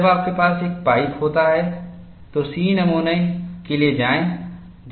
जब आपके पास एक पाइप होता है तो C नमूना के लिए जाएं